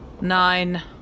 nine